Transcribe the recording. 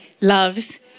loves